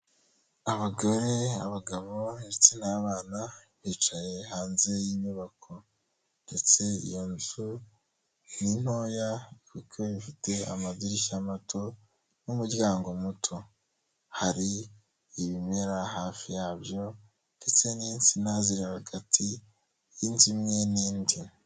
Abagore, abagabo ndetse n'abana, bicaye hanze y'inyubako ndetse iyo nzu ni ntoya, kuko ifite amadirishya mato n'umuryango muto, hari ibimera hafi yabyo ndetse n'insina ziri hagati y'inzu imwe n'indi.